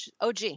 OG